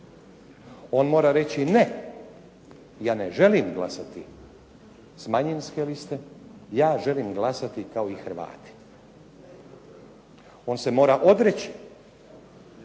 On mora reći ne, ja ne želim glasati s manjinske liste, ja želim glasati kao i Hrvati. On se mora odreći